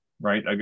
right